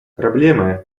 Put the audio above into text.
проблемы